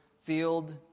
field